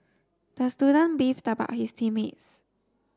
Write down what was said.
the student beefed about his team mates